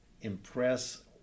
impress